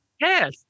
Yes